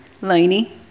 Lainey